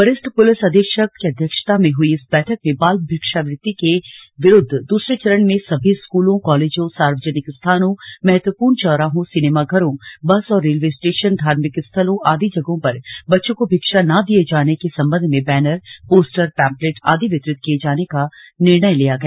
वरिष्ठ पुलिस अधीक्षक की अध्यक्षता में हुई इस बैठक में बाल भिक्षावृत्ति के विरुद्ध द्रसरे चरण में सभी स्कूलों कॉलेजों सार्वजनिक स्थानों महत्वपूर्ण चौराहों सिनेमाघरों बस और रेलवे स्टेशनधार्मिक स्थलों आदि जगहों पर बच्चों को भिक्षा ना दिये जाने के सम्बन्ध में बैनर पोस्टर पम्पलैट आदि वितरीत किये जाने का निर्णय लिया गया